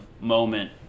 moment